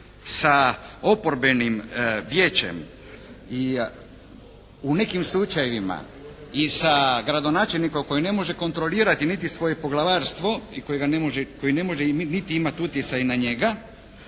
sa oporbenim vijećem i u nekim slučajevima i sa gradonačelnikom koji ne može kontrolirati niti svoje poglavarstvo i koji ne može niti imati utjecaj na njega